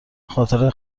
خاطره